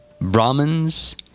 Brahmins